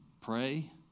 pray